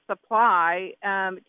supply